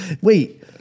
wait